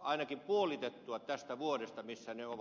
ainakin puolitettua tästä vuodesta missä ne ovat